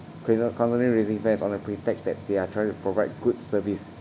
constantly raising fares on the pretext that they are trying to provide good service